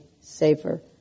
safer